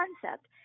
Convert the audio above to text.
concept